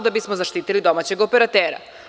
Da bismo zaštitili domaćeg operatera.